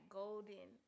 golden